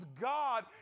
God